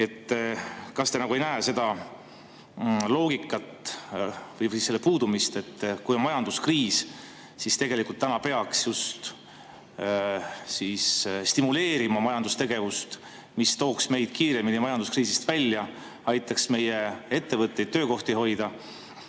kas te ei näe seda loogikat – või selle puudumist –, et kui on majanduskriis, siis tegelikult peaks just stimuleerima majandustegevust, mis tooks meid kiiremini majanduskriisist välja, aitaks hoida meie ettevõtteid, töökohti ning